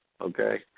okay